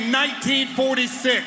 1946